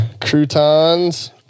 Croutons